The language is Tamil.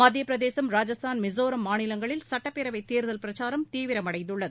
மத்தியப்பிரதேசம் ராஜஸ்தான் மிஸோரம் மாநிலங்களில் சுட்டப்பேரவை தேர்தல் பிரச்சாரம் தீவிரமடைந்துள்ளது